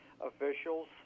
officials